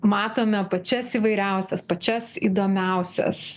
matome pačias įvairiausias pačias įdomiausias